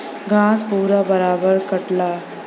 घास पूरा बराबर कटला